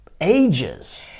ages